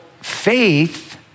faith